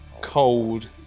cold